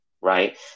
right